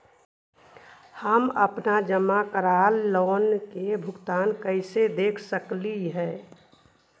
हम अपन जमा करल लोन के भुगतान कैसे देख सकली हे?